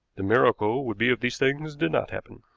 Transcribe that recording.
the miracle would be if these things did not happen.